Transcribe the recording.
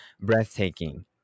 breathtaking